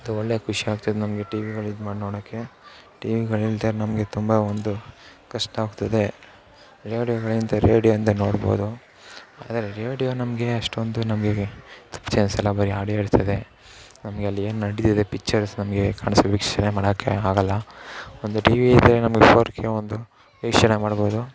ಒಂದು ಒಳ್ಳೆಯ ಖುಷಿ ಆಗ್ತದೆ ನಮಗೆ ಟಿವಿಗಳು ಇದು ಮಾಡಿ ನೋಡೋಕ್ಕೆ ಟಿವಿಗಳಿಲ್ಲದೆ ನಮಗೆ ತುಂಬ ಒಂದು ಕಷ್ಟವಾಗ್ತದೆ ರೇಡಿಯೋಗಳಿಂದ ರೇಡಿಯೋ ಇಂದ ನೋಡ್ಬೋದು ಆದರೆ ರೇಡಿಯೋ ನಮಗೆ ಅಷ್ಟೊಂದು ನಮಗೆ ತೃಪ್ತಿ ಅನ್ಸೋಲ್ಲ ಬರಿ ಆಡಿಯೋ ಇರ್ತದೆ ನಮಗೆ ಅಲ್ಲಿ ಏನು ನಡಿತದೆ ಪಿಚ್ಚರ್ಸ್ ನಮಗೆ ಕಾಣಿಸು ವೀಕ್ಷಣೆ ಮಾಡೋಕ್ಕೆ ಆಗಲ್ಲ ಒಂದು ಟಿವಿ ಇದ್ದರೆ ನಮಗೆ ಫೋರ್ ಕೆ ಒಂದು ವೀಕ್ಷಣೆ ಮಾಡ್ಬೋದು